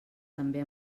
també